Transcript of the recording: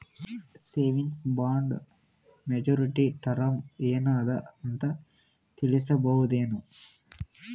Savings bond maturity term ಏನ ಅದ ಅಂತ ತಿಳಸಬಹುದೇನು?